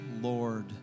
Lord